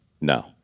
no